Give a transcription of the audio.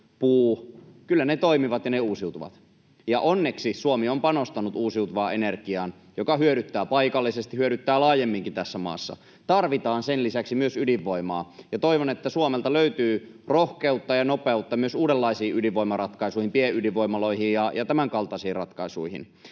puu. Kyllä ne toimivat, ja ne uusiutuvat. Onneksi Suomi on panostanut uusiutuvaan energiaan, joka hyödyttää paikallisesti ja hyödyttää laajemminkin tässä maassa. Tarvitaan sen lisäksi myös ydinvoimaa, ja toivon, että Suomelta löytyy rohkeutta ja nopeutta myös uudenlaisiin ydinvoimaratkaisuihin, pienydinvoimaloihin ja tämänkaltaisiin ratkaisuihin.